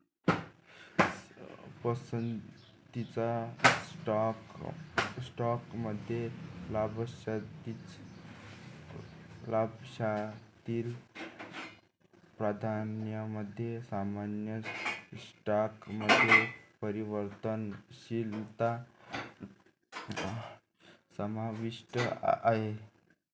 पसंतीच्या स्टॉकमध्ये लाभांशातील प्राधान्यामध्ये सामान्य स्टॉकमध्ये परिवर्तनशीलता समाविष्ट आहे